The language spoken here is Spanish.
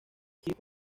hill